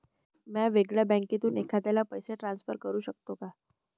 म्या वेगळ्या बँकेतून एखाद्याला पैसे ट्रान्सफर करू शकतो का?